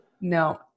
No